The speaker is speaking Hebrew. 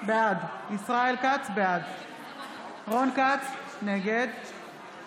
בעד רון כץ, נגד